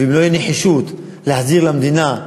ואם לא תהיה נחישות להחזיר את המסתננים למדינתם,